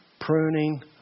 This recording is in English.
pruning